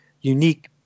unique